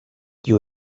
you